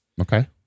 Okay